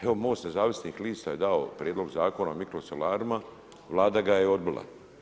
Evo Most nezavisnih je dao prijedlog zakona o mikrosolarima, Vlada ga je odbila.